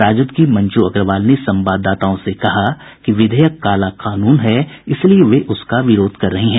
राजद की मंजू अग्रवाल ने संवाददाताओं से कहा कि विधेयक काला कानून है इसलिए वे उसका विरोध कर रही हैं